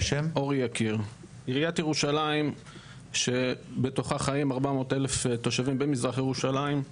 עיריית ירושלים שבתוכה חיים 400,000 תושבים במזרח ירושלים,